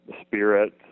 spirit